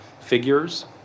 figures